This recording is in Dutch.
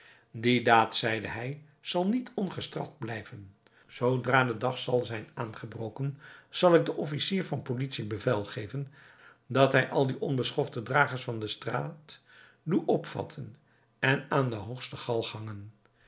die daad zeide hij zal niet ongestraft blijven zoodra de dag zal zijn aangebroken zal ik den officier van politie bevel geven dat hij al die onbeschofte dragers van de straat doe opvatten en aan de hoogste galg hangen